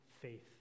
faith